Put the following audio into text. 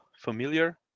familiar